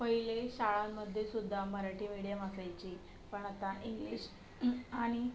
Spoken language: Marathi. पहिले शाळांमध्येसुद्धा मराठी मिडीयम असायची पण आता इंग्लिश आणि